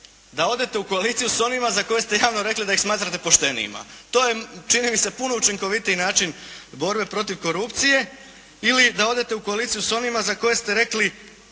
da odete u koaliciju sa onima za koje ste javno rekli da ih smatrate poštenijima. To je, čini mi se puno učinkovitiji način borbe protiv korupcije ili da odete u koaliciju s onima za koje ste rekli,